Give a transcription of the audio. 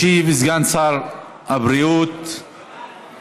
ישיב סגן שר הבריאות חבר